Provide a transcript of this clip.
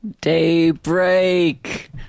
Daybreak